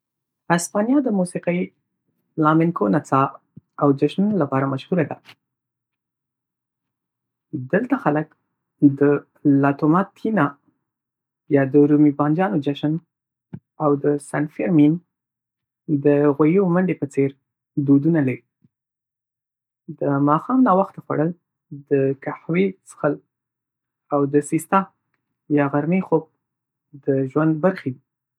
هسپانیا د موسیقۍ، فلامنکو نڅا، او جشنونو لپاره مشهوره ده. دلته خلک د "لا توماتینا" یا د رومي بانجانو جشن، او د "سان فیرمین" د غویو منډې په څېر دودونه لري. د ماښام ناوخته خوړل، د قهوې څښل، او د "سیستا" یا غرمنۍ خوب د ژوند برخې دي.